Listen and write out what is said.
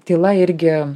tyla irgi